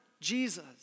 Jesus